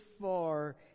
far